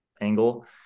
angle